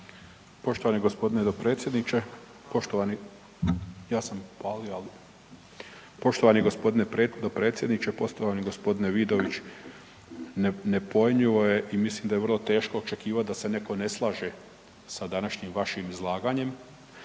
**Vrkljan, Milan (DP)** Poštovani gospodine dopredsjedniče. Poštovani gospodine Vidović. Nepojmljivo je i mislim da je vrlo teško očekivati da se netko ne slaže sa današnjim vašim izlaganjem,